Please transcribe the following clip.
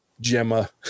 Gemma